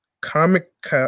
comic